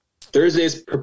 Thursdays